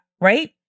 right